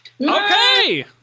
Okay